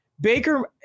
Baker